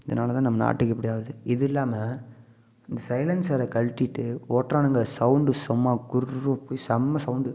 அதனாலதான் நம் நாட்டுக்கு இப்படி ஆகுது இது இல்லாமல் இந்த சைலன்சரை கழட்டிவிட்டு ஒடுறானுங்க சவுண்டு செம்ம குர்ரு செம்ம சவுண்டு